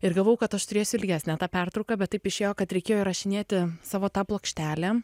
ir galvojau kad aš turėsiu ilgesnę pertrauką bet taip išėjo kad reikėjo įrašinėti savo tą plokštelę